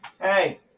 Hey